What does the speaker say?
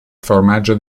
formaggio